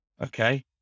Okay